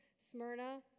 Smyrna